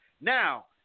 Now